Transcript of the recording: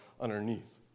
underneath